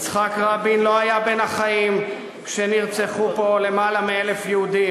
יצחק רבין לא היה בין החיים כשנרצחו פה למעלה מ-1,000 יהודים.